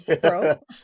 Bro